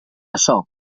açò